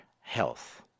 health